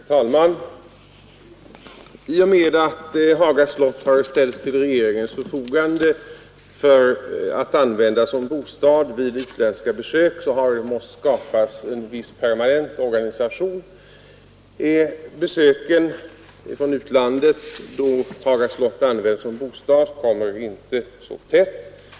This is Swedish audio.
Herr talman! I och med att Haga slott har ställts till regeringens förfogande för att användas som bostad vid utländska besök har det måst skapas en viss permanent organisation. Besöken från utlandet, då Haga slott används som bostad, kommer inte tätt.